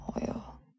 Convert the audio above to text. oil